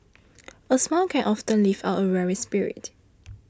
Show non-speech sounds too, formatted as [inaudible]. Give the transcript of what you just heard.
[noise] a smile can often lift up a weary spirit